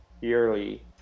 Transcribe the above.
yearly